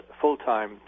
full-time